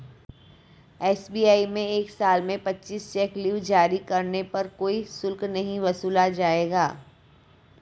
SBI में एक साल में पच्चीस चेक लीव जारी करने पर कोई शुल्क नहीं वसूला जाएगा